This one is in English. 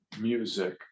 music